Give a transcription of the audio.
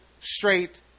straight